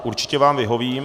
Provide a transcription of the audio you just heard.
Určitě vám vyhovím.